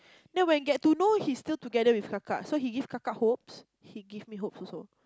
then when get to know he still together with Kaka so he give Kaka hopes he give me hope also